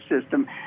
system